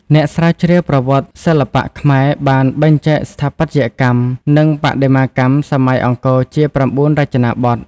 អ្នកស្រាវជ្រាវប្រវត្តិសិល្បៈខ្មែរបានបែងចែកស្ថាបត្យកម្ម និងបដិមាកម្មសម័យអង្គរជា ៩ រចនាបថ។